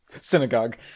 Synagogue